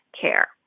care